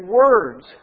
words